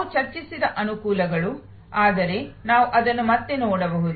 ನಾವು ಚರ್ಚಿಸಿದ ಅನುಕೂಲಗಳು ಆದರೆ ನಾವು ಅದನ್ನು ಮತ್ತೆ ನೋಡಬಹುದು